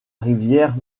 rivière